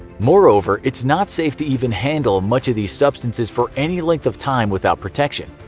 moreover, it's not safe to even handle much of these substances for any length of time without protection.